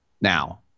Now